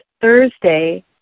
Thursday